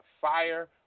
Fire